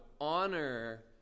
honor